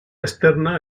externa